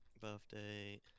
birthday